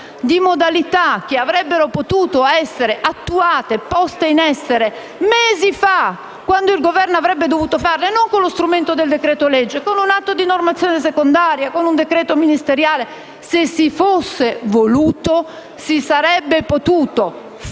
di modalità che avrebbero potuto essere attuate, poste in essere mesi fa, quando il Governo avrebbe dovuto farlo non con uno strumento come il decreto-legge ma con un atto di normazione secondaria, con un decreto ministeriale. Se si fosse voluto, si sarebbe potuto farlo